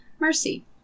Mercy